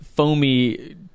foamy